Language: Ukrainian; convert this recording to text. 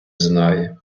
знає